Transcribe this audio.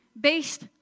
based